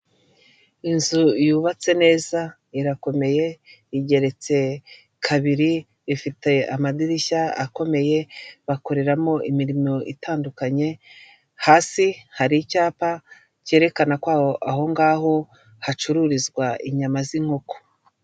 Inzu yubatse neza irakomeye, igeretse kabiri, ifite amadirishya akomeye, bakoreramo imirimo itandukanye, hasi hari icyapa cyerekana ko aho ngaho hacururizwa inyama z'inkoko.